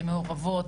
הן מעורבות,